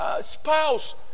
spouse